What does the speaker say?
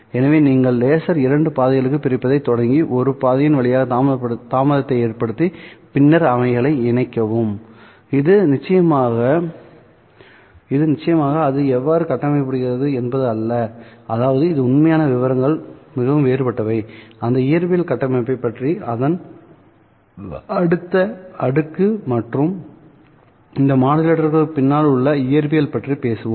எனவே நீங்கள் லேசர் இரண்டு பாதைகளுக்குப் பிரிப்பதைத் தொடங்கி ஒரு பாதையின் வழியாக தாமதத்தைக் ஏற்படுத்திபின்னர் அவைகளை இணைக்கவும் இது நிச்சயமாக அது எவ்வாறு கட்டமைக்கப்படுகிறது என்பது அல்ல அதாவது இது உண்மையான விவரங்கள் மிகவும் வேறுபட்டவைஅந்த இயற்பியல் கட்டமைப்பைப் பற்றி அதன் அடுத்த அடுக்கு மற்றும் இந்த மாடுலேட்டர்களுக்குப் பின்னால் உள்ள இயற்பியல் பற்றி பேசுவோம்